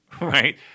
right